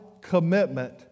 commitment